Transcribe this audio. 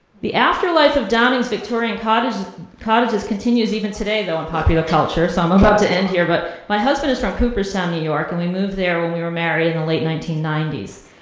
the afterlife of downing's victorian cottages cottages continues even today in and popular culture. so i'm about to end here, but my husband is from cooperstown, new york, and we moved there when we were married in the late nineteen ninety s.